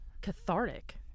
cathartic